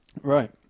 Right